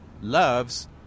loves